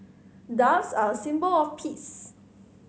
doves are a symbol of peace